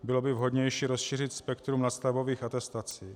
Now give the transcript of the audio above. Bylo by vhodnější rozšířit spektrum nástavbových atestací.